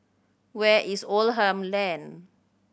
where is Oldham Lane